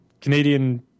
Canadian